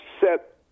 set